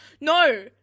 No